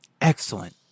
excellent